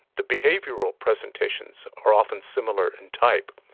the behavioural presentations are often similar in type,